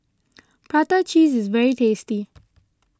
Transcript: Prata Cheese is very tasty